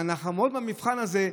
אם אנחנו נעמוד במבחן הזה,